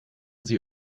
sie